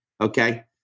Okay